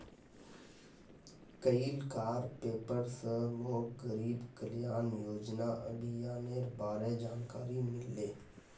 कइल कार पेपर स मोक गरीब कल्याण योजना अभियानेर बारे जानकारी मिलले